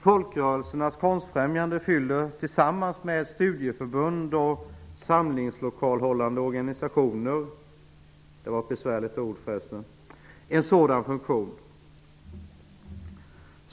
Folkrörelsernas konstfrämjande fyller, tillsammans med studieförbund och samlingslokalhållande organisationer, en sådan funktion.